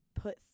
put